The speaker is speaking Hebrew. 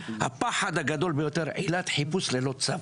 הפחד הגדול ביותר: עילת חיפוש ללא צו.